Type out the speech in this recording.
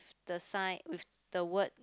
the signs with the word